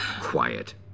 Quiet